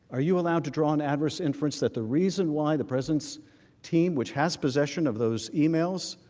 are you allowed to draw an adverse inference that the reason why the presence team which has possession of those emails